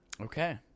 Okay